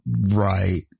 Right